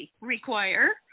require